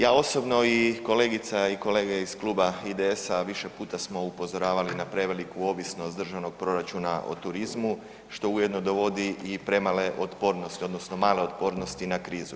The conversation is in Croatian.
Ja osobno i kolegica i kolege iz kluba IDS-a više puta smo upozoravali na preveliku ovisnost državnog proračuna o turizmu što ujedno dovodi i premale otpornosti odnosno male otpornosti na krizu.